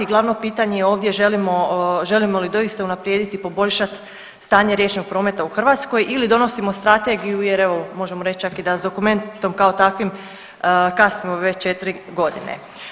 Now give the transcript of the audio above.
Glavno pitanje je ovdje želimo li doista unaprijediti, poboljšati stanje riječnog prometa u Hrvatskoj ili donosimo strategiju, jer evo možemo reći čak i da sa dokumentom kao takvim kasnimo već 4 godine.